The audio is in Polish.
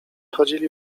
chodzili